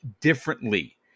differently